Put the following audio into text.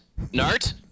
Nart